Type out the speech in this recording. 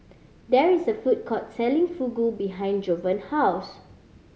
there is a food court selling Fugu behind Jovan house